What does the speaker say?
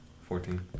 Fourteen